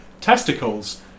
testicles